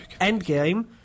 Endgame